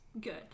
good